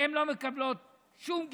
והן לא מקבלות שום גמלה,